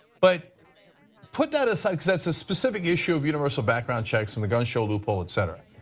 but put that aside because it's a specific issue of universal background checks and the gun show loophole, etc.